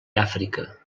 àfrica